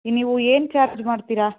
ಇನ್ನು ನೀವು ಏನು ಚಾರ್ಜ್ ಮಾಡ್ತೀರಾ